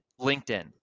LinkedIn